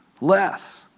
less